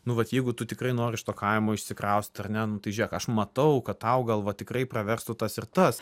nu vat jeigu tu tikrai nori iš to kaimo išsikraustyt ar ne tai žiūrėk aš matau kad tau gal va tikrai praverstų tas ir tas